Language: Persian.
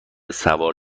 سوار